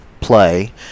play